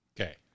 Okay